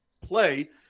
play